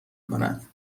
کند